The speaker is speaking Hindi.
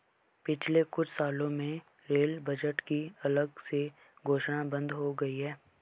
पिछले कुछ सालों में रेल बजट की अलग से घोषणा बंद हो गई है